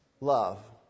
love